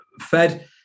fed